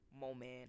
moment